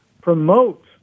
promote